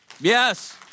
Yes